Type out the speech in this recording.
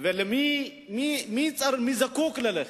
מי זקוק ללחם?